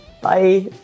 Bye